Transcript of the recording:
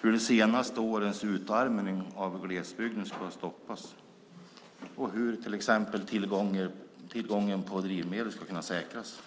hur de senaste årens utarmning av glesbygden ska stoppas och hur till exempel tillgången på drivmedel ska kunna säkras.